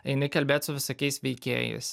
eini kalbėt su visokiais veikėjais